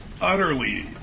utterly